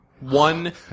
One